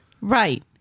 Right